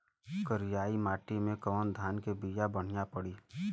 करियाई माटी मे कवन धान के बिया बढ़ियां पड़ी?